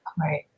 Right